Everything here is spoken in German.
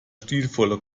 stilvolle